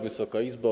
Wysoka Izbo!